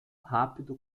rápido